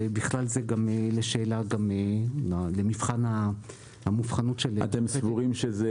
בכלל זה גם שאלה לעניין מבחן -- סבורים שזה